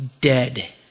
dead